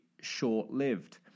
short-lived